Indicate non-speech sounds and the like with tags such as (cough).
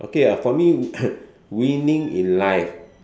okay uh for me (noise) winning in life